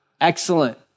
Excellent